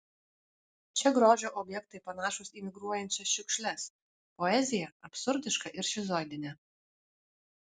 čia grožio objektai panašūs į migruojančias šiukšles poezija absurdiška ir šizoidinė